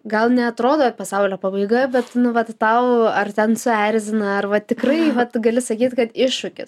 gal neatrodo pasaulio pabaiga bet nu vat tau ar ten suerzina ar va tikrai vat gali sakyt kad iššūkis